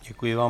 Děkuji vám.